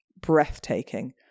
breathtaking